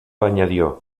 añadió